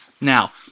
Now